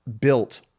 built